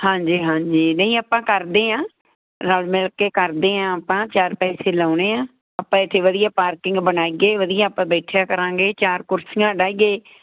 ਹਾਂਜੀ ਹਾਂਜੀ ਨਹੀਂ ਆਪਾਂ ਕਰਦੇ ਹਾਂ ਰਲ ਮਿਲ ਕੇ ਕਰਦੇ ਹਾਂ ਆਪਾਂ ਚਾਰ ਪੈਸੇ ਲਾਉਣੇ ਹਾਂ ਆਪਾਂ ਇੱਥੇ ਵਧੀਆ ਪਾਰਕਿੰਗ ਬਣਾਈਏ ਵਧੀਆ ਆਪਾਂ ਬੈਠਿਆ ਕਰਾਂਗੇ ਚਾਰ ਕੁਰਸੀਆਂ ਡਾਈਏ